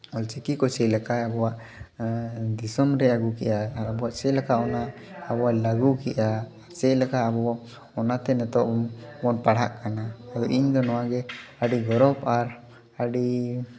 ᱚᱞ ᱪᱤᱠᱤ ᱠᱚ ᱪᱮᱫ ᱞᱮᱠᱟ ᱟᱵᱚᱣᱟᱜ ᱫᱤᱥᱚᱢᱨᱮ ᱟᱜᱩ ᱠᱮᱜᱼᱟᱭ ᱟᱨ ᱟᱵᱚᱣᱟᱜ ᱪᱮᱫ ᱞᱮᱠᱟ ᱚᱱᱟ ᱟᱵᱚᱣᱟᱜ ᱞᱟᱜᱩ ᱠᱮᱜᱼᱟ ᱪᱮᱫ ᱞᱮᱠᱟ ᱟᱵᱚ ᱚᱱᱟᱛᱮ ᱱᱮᱛᱚᱝ ᱵᱚᱱ ᱯᱟᱲᱦᱟᱜ ᱠᱟᱱᱟ ᱟᱫᱚ ᱤᱧ ᱫᱚ ᱱᱚᱣᱟ ᱜᱮ ᱟᱹᱰᱤ ᱜᱚᱨᱚᱵ ᱟᱨ ᱟᱹᱰᱤ